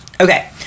okay